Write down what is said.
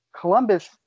Columbus